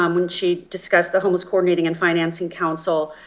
um when she discussed the homeless coordinating and financing counsel,